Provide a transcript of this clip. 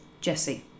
Jesse